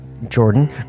Jordan